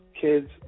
kids